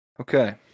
Okay